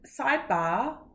sidebar